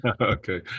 Okay